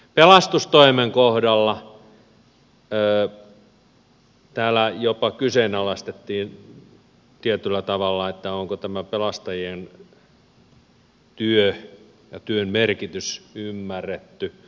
pelastustoimen kohdalla täällä jopa kyseenalaistettiin tietyllä tavalla että onko tämä pelastajien työ ja työn merkitys ymmärretty